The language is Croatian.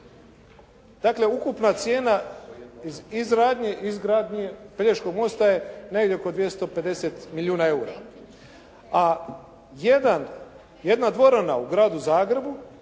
Dakle, ukupna cijena izgradnje Pelješkog mosta je negdje oko 250 milijuna eura. A jedna dvorana u Gradu Zagrebu